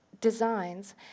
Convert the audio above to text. designs